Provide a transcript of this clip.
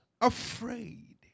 afraid